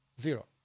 Zero